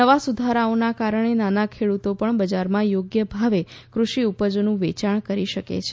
નવા સુધારાઓના કારણે નાના ખેડૂતો પણ બજારમાં યોગ્ય ભાવે કૃષિ ઉપજોનું વેચાણ કરી શકે છે